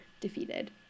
defeated